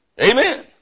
Amen